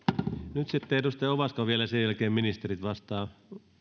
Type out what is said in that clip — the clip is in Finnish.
nyt sitten edustaja ovaska vielä ja sen jälkeen ministerit vastaavat